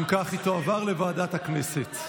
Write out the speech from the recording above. אם כך, היא תועבר לוועדת הכנסת.